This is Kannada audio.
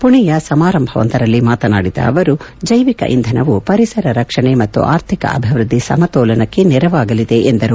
ಪುಣೆಯ ಸಮಾರಂಭವೊಂದರಲ್ಲಿ ಮಾತನಾಡಿದ ಅವರು ಜೈವಿಕ ಇಂಧನವು ಪರಿಸರ ರಕ್ಷಣೆ ಮತ್ತು ಆರ್ಥಿಕ ಅಭಿವ್ವದ್ದಿ ಸಮತೋಲನಕ್ಕೆ ನೆರವಾಗಲಿದೆ ಎಂದರು